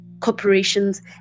Corporations